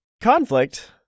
conflict